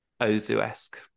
Ozu-esque